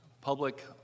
public